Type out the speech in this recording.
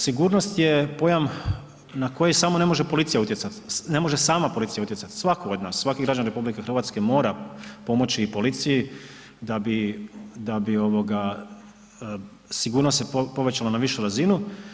Sigurnost je pojam na koji samo ne može policija utjecat, ne može sama policija utjecat, svatko od nas, svaki građanin RH mora pomoći i policiji da bi sigurnost se povećala na višu razinu.